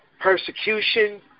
persecution